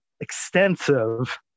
extensive